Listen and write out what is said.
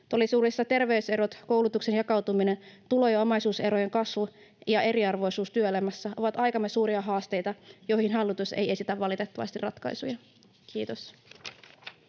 Todellisuudessa terveyserot, koulutuksen jakautuminen, tulo- ja omaisuuserojen kasvu ja eriarvoisuus työelämässä ovat aikamme suuria haasteita, joihin hallitus valitettavasti ei esitä ratkaisuja. — Kiitos.